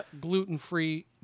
Gluten-free